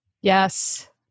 Yes